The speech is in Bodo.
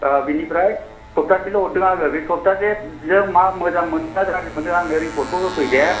बिनिफ्राय सप्ताहसेल' हरदों आरो बे सप्ताहसेजों मा मोजां मोनोना गाज्रि मोनो आंनो रिपर्टखौ होफै दे